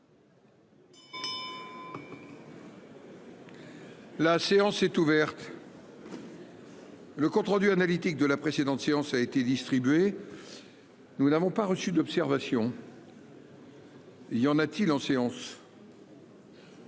La séance est ouverte. Le compte rendu analytique de la précédente séance a été distribué, nous n'avons pas reçu d'observation. Il y en a-t-il en séance.